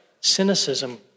cynicism